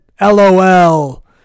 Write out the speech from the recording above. LOL